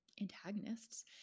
antagonists